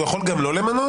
הוא יכול גם לא למנות?